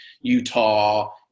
Utah